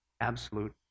absolute